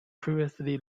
previously